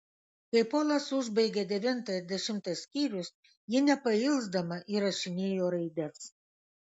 kai polas užbaigė devintą ir dešimtą skyrius ji nepailsdama įrašinėjo raides